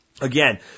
Again